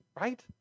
right